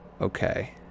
okay